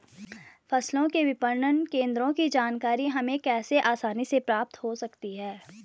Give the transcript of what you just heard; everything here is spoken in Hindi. फसलों के विपणन केंद्रों की जानकारी हमें कैसे आसानी से प्राप्त हो सकती?